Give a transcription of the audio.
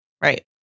Right